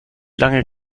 lange